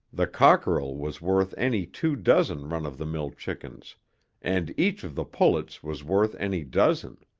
the cockerel was worth any two dozen run-of-the-mill chickens and each of the pullets was worth any dozen.